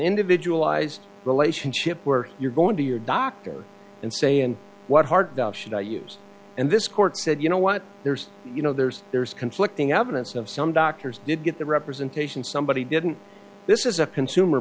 individual eyes relationship where you're going to your doctor and say and what heart should i use and this court said you know what there's you know there's there's conflicting evidence of some doctors did get the representation somebody didn't this is a consumer